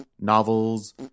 novels